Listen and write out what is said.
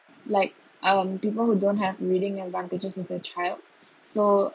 like um people who don't have reading advantages as a child so